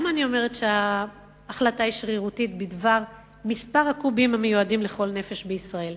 למה אני אומרת שההחלטה בדבר מספר הקובים המיועדים לכל נפש בישראל